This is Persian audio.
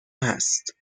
هست